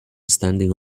standing